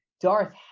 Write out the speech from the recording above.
Darth